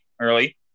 early